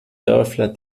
dörfler